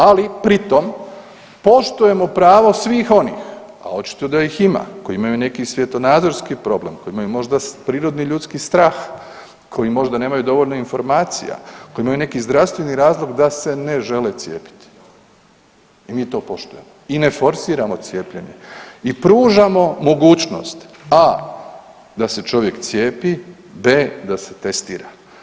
Ali pri tom poštujemo pravo svih onih, a očito da ih ima koji imaju neki svjetonazorski problem, koji imaju prirodni ljudski strah, koji možda nemaju dovoljno informacija, koji imaju neki zdravstveni razlog da se ne žele cijepiti i mi to poštujemo i ne forsiramo cijepljenje i pružamo mogućnost a) da se čovjek cijepi, b) da se testira.